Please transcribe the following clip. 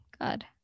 God